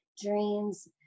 Dreams